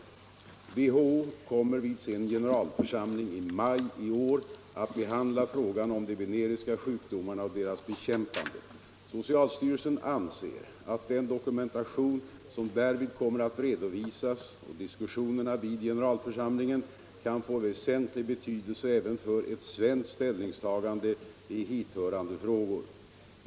WHO kommer vid sin generalförsamling i maj i år att behandla frågan om de veneriska sjukdomarna och deras bekämpande. Socialstyrelsen anser att den dokumentation som därvid kommer att redovisas och diskussionerna vid generalförsamlingen kan få väsentlig betydelse även för ett svenskt ställningstagande i hithörande frågor.